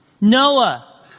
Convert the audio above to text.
Noah